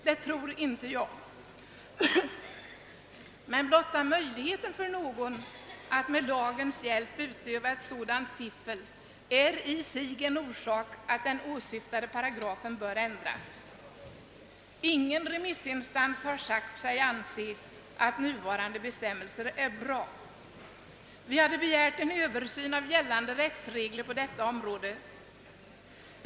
Jag tror inte att så var förhållandet — men blotta möjligheten för någon att med lagens hjälp utöva ett sådant fiffel är i sig en orsak till att den åsyftade paragrafen bör ändras. Ingen remissinstans har heller ansett att nuvarande bestämmelser är bra. Vi hade i motionen begärt en översyn av gällande rättsregler på detta område.